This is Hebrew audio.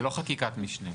זו לא חקיקת משנה.